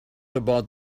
about